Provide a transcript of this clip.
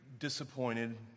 disappointed